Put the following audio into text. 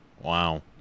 Wow